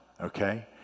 okay